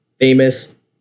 famous